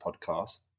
podcast